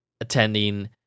attending